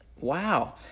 wow